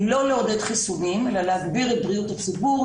לא לעודד חיסונים אלא להגביר את בריאות הציבור,